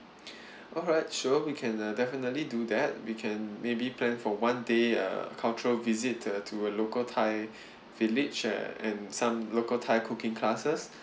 all right sure we can uh definitely do that we can maybe plan for one day err cultural visit uh to a local thai village uh and some local thai cooking classes